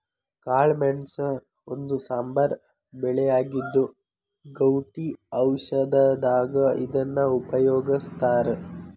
ಕಾಳಮೆಣಸ ಒಂದು ಸಾಂಬಾರ ಬೆಳೆಯಾಗಿದ್ದು, ಗೌಟಿ ಔಷಧದಾಗ ಇದನ್ನ ಉಪಯೋಗಸ್ತಾರ